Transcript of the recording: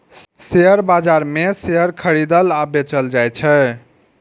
share बाजार मे share खरीदल आ बेचल जाइ छै